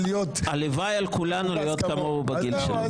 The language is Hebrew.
הלוואי על כולנו להיות כמוהו בגיל שלו.